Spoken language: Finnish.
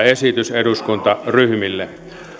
esitys eduskuntaryhmille